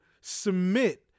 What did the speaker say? submit